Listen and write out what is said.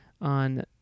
on